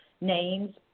names